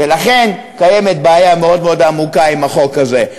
ולכן קיימת בעיה מאוד מאוד עמוקה עם החוק הזה.